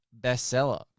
bestseller